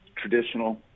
traditional